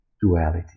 duality